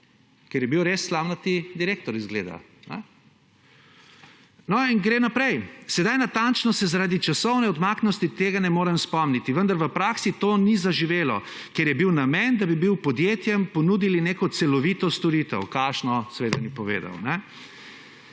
ker je bil res slamnati direktor, izgleda, kajne? No in gre naprej, »Sedaj natančno se zaradi časovne odmaknjenosti tega ne morem spomniti, vendar v praksi to ni zaživelo, ker je bil namen, da bi bil podjetjem ponudili neko celovito storitev.«, kakšno, seveda ni povedal.